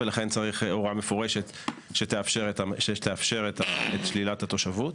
ולכן צריך הוראה מפורשת שתאפשר את שלילת התושבות,